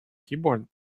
keyboard